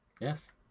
Yes